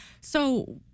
So-